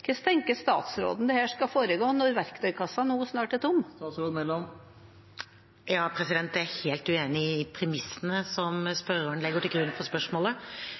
Hvordan tenker statsråden at dette skal foregå når verktøykassa nå snart er tom? Jeg er helt uenig i premissene som spørreren legger til grunn for spørsmålet.